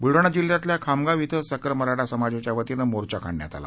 बुलडाणा जिल्ह्यातल्या खामगाव इथं सकल मराठा समाजाच्या वतीनं मोर्चा काढण्यात आला